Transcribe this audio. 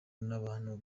n’abantu